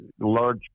large